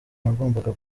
nagombaga